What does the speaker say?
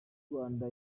rwanda